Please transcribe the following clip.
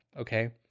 okay